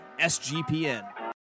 SGPN